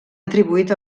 atribuït